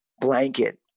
blanket